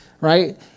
Right